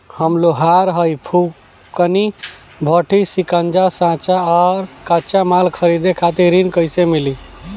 हम लोहार हईं फूंकनी भट्ठी सिंकचा सांचा आ कच्चा माल खरीदे खातिर ऋण कइसे मिली?